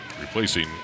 replacing